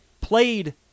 played